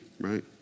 right